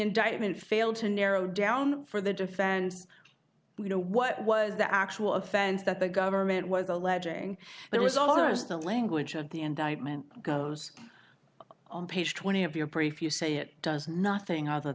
indictment failed to narrow down for the defense you know what was the actual offense that the government was alleging there was almost the language of the indictment goes on page twenty of your prefer you say it does nothing other